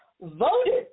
voted